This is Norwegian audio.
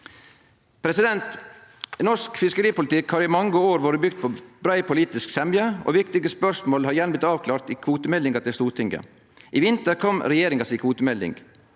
Norsk fiskeripolitikk har i mange år vore bygt på brei politisk semje, og viktige spørsmål har gjerne blitt avklarte i kvotemeldinga til Stortinget. I vinter kom regjeringa med si kvotemelding.